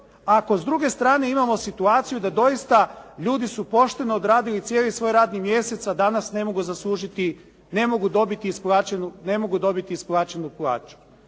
ako s druge strane imamo situaciju da doista ljudi su pošteno odradili cijeli svoj radni mjesec a danas ne mogu zaslužiti, ne mogu